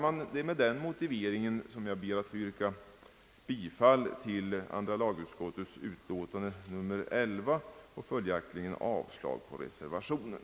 Med denna motivering ber jag att få yrka bifall till andra lagutskottets utlåtande nr 11 och följaktligen avslag på reservationen.